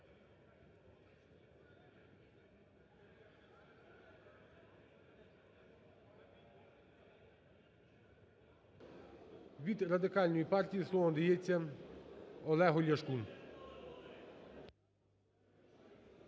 Від Радикальної партії слово надається Олегу Ляшку.